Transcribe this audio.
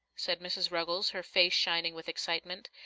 said mrs. ruggles, her face shining with excitement,